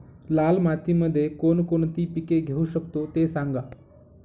लाल मातीमध्ये कोणकोणती पिके घेऊ शकतो, ते सांगा